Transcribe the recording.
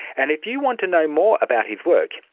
and if you want to know more about his work,